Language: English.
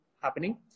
happening